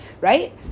right